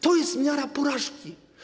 To jest miara porażki.